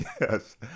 Yes